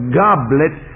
goblet